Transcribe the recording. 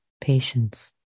patience